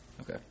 Okay